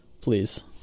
please